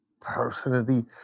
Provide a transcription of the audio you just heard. personally